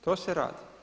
To se radi.